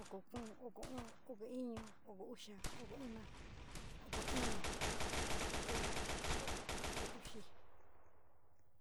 oko u´u, olo iñu, oko uxa, oko una, oko ií, oko, okouxi.